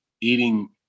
eating